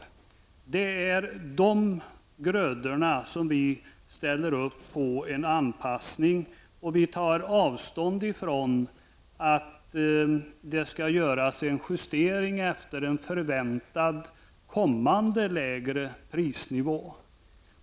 När det gäller de grödorna ställer vi oss bakom en anpassning, och vi tar avstånd från en justering till en förväntad kommande lägre prisnivå.